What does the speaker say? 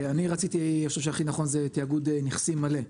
אני רציתי וחשבתי שהכי נכון זה תיאגוד נכסי מלא,